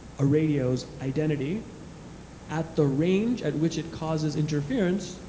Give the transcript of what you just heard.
a radio's identity at the range at which it causes interference,